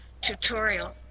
tutorial